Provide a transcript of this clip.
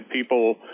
people